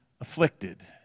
afflicted